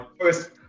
First